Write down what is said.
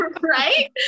right